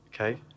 Okay